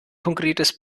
konkretes